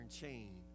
chain